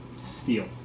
steel